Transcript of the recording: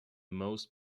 most